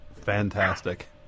fantastic